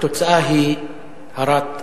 התוצאה היא הרת-אסון.